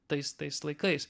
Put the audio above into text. tais tais laikais